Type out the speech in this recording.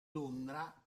londra